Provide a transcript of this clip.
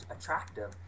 attractive